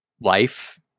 life